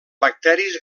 bacteris